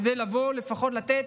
כדי לפחות לתת,